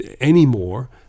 anymore